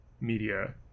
media